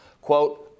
Quote